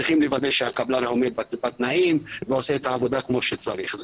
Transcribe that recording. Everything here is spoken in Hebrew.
צריכים לוודא שהקבלן עומד בתנאים ועושה את העבודה כמו שצריך.